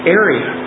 area